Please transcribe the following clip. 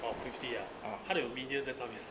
out of fifty ah 她的有 minion 的上面